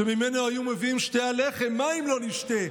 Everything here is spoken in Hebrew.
שממנו היו מביאים שתי הלחם, מים לא נשתה,